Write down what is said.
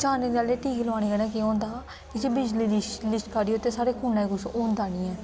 चाननी आहले टीके लुआने कन्ने केह् होंदा हा जेहडी बिजली दी लिशक आरदी ओहदे कन्नै साढ़े खूने गी किश होदां नेईं ऐ